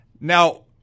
Now